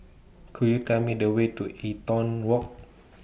Could YOU Tell Me The Way to Eaton Walk